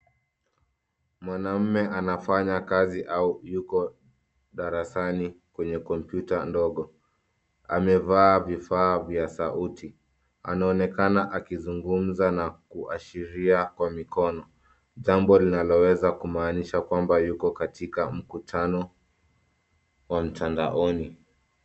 Mwanaume anafanya kazi au yuko darasani kwenye kompyuta ndogo. Amevaa vifaa vya sauti. Anaonekana akizungumza au kuashiria kwa mkono, jambo linaloweza kumaanisha kwamba yuko katika mkutano wa mtandaoni .